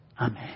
Amen